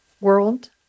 world